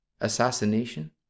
assassination